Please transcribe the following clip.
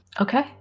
Okay